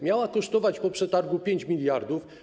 Miała kosztować po przetargu 5 mld.